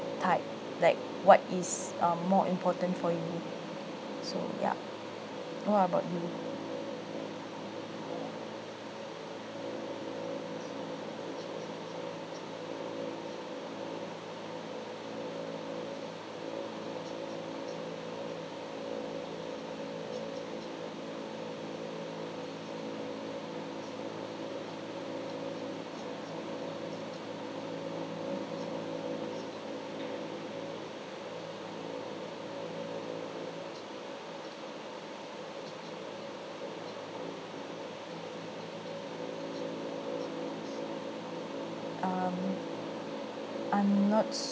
type like what is um more important for you so ya what about you um I'm not